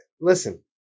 Listen